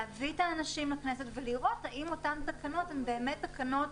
להביא את האנשים לכנסת ולראות האם אותן תקנות הן באמת תקנות